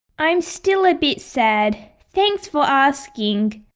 i'm still a bit sad thanks for asking